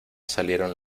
salieron